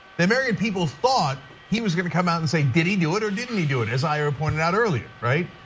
the american people thought, he was gonna come out and say, did he do it or didn't he do it. as i reported out earlier, right?